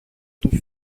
του